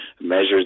measures